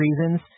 reasons